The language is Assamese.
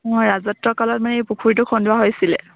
অঁ ৰাজত্ব কালত মানে এই পুখুৰীটো খন্দোৱা হৈছিলে